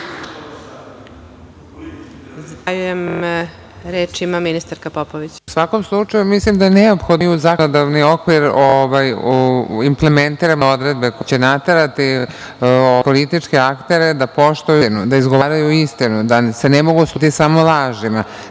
U svakom slučaju mislim da je neophodno da mi u zakonodavni okvir implementiramo određene odredbe koje će naterati političke aktere da poštuju istinu, da izgovaraju istinu, da se ne mogu služiti samo lažima.